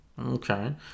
Okay